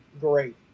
great